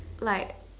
like